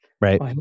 Right